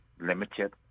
limited